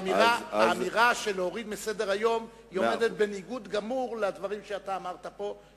האמירה של הורדה מסדר-היום עומדת בניגוד גמור לדברים שאמרת פה,